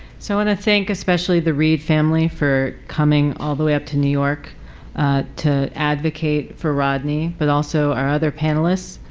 so want to thank especially the reed family for coming all the way up to new york to advocate for rodney but also our other panelists,